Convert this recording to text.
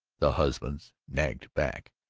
the husbands nagged back.